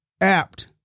apt